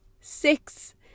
six